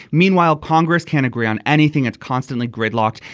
meanwhile congress can agree on anything it's constantly gridlocked.